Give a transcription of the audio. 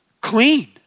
clean